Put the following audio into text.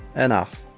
enough